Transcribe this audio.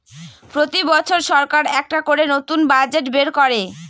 প্রতি বছর সরকার একটা করে নতুন বাজেট বের করে